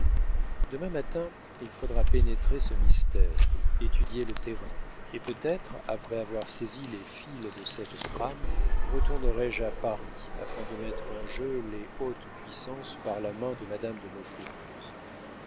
demain matin il faudra pénétrer ce mystère étudier le terrain et peut-être après avoir saisi les fils de cette trame retournerai je à paris afin de mettre en jeu les hautes puissances par la main de madame de